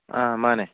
ꯑꯥ ꯃꯥꯅꯦ